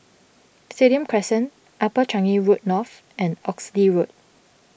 Stadium Crescent Upper Changi Road North and Oxley Road